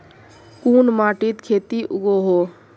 कोन माटित खेती उगोहो?